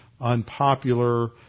unpopular